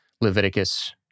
Leviticus